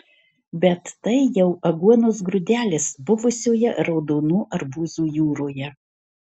bet tai jau aguonos grūdelis buvusioje raudonų arbūzų jūroje